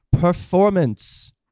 performance